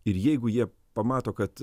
ir jeigu jie pamato kad